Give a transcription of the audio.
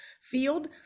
field